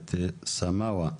(ממשלת סמואה).